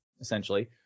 essentially